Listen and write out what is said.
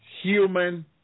human